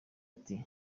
ati